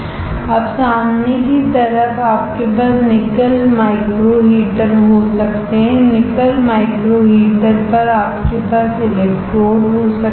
अब सामने की तरफ आपके पास निकल माइक्रो हीटर हो सकते हैं निकल माइक्रो मीटर पर आपके पास इलेक्ट्रोड हो सकते हैं